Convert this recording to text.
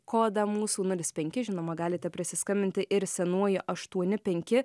kodą mūsų nulis penki žinoma galite prisiskambinti ir senuoju aštuoni penki